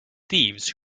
thieves